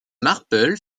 marple